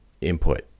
input